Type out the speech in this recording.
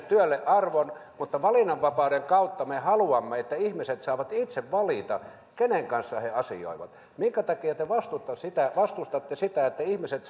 työlle arvon mutta valinnanvapauden kautta me haluamme että ihmiset saavat itse valita kenen kanssa he asioivat minkä takia te vastustatte sitä että ihmiset